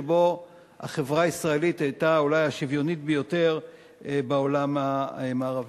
שבו החברה הישראלית היתה אולי השוויונית ביותר בעולם המערבי.